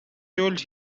told